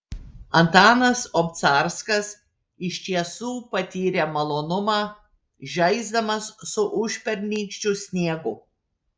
antanas obcarskas iš tiesų patyrė malonumą žaisdamas su užpernykščiu sniegu